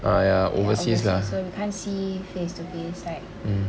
ya overseas so we can't see face to face like